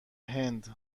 هند